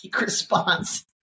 response